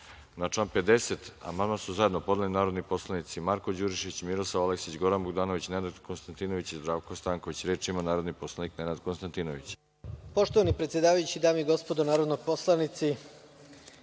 član 50. amandman su zajedno podneli narodni poslanici Marko Đurišić, Miroslav Aleksić, Goran Bogdanović, Nenad Konstantinović i Zdravko Stanković. Reč ima narodni poslanik Nenad Konstantinović. **Nenad Konstantinović** Poštovani predsedavajući, dame i gospodo narodni poslanici,